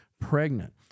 pregnant